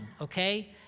okay